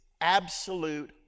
absolute